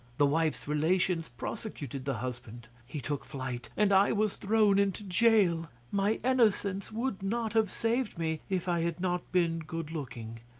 the wife's relations prosecuted the husband he took flight, and i was thrown into jail. my innocence would not have saved me if i had not been good-looking.